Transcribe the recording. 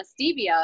stevia